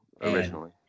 originally